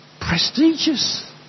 prestigious